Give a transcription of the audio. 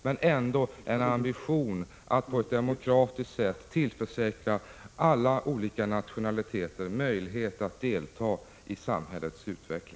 Men det finns ändå en ambition att på ett demokratiskt sätt tillförsäkra alla nationaliteter möjlighet att delta i samhällets utveckling.